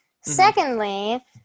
Secondly